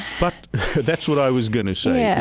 but that's what i was going to say. yeah